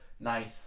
Nice